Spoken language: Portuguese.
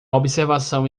observação